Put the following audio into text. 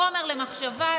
חומר למחשבה.